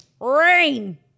Rain